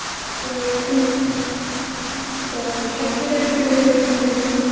ਕਿੰਨੀ ਸ਼ਾਮ ਦੇ ਟਾਈਮਿੰਗ ਕਿੰਨੇ ਕੁ ਵਜੇ ਦੀ ਹੋ ਸਕਦੀ ਹੈ ਸਰ